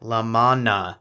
Lamana